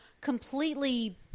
completely